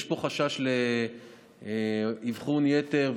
יש פה חשש לאבחון יתר,